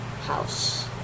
house